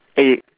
eh